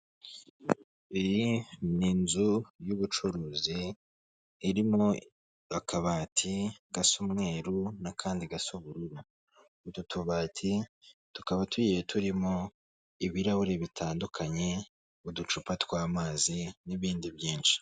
Iyi ni inzu y'ubucuruzi irimo akabati gasa umweru n'akandi gasa ubururu. Utu tubati tukaba tugiye turimo ibirahuri bitandukanye, uducupa tw'amazi n'ibindi byinshi.